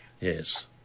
Yes